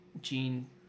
gene